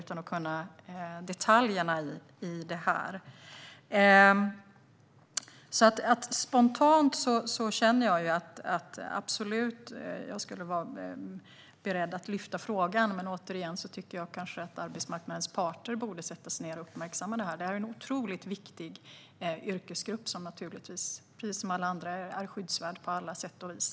Jag känner spontant att jag är beredd att lyfta upp frågan, men jag tycker som sagt att arbetsmarknadens parter borde sätta sig ned och uppmärksamma detta. Det är en viktig yrkesgrupp som precis som alla andra är skyddsvärd på alla sätt och vis.